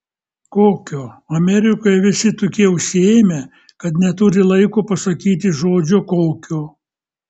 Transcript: kokio amerikoje visi tokie užsiėmę kad neturi laiko pasakyti žodžio kokio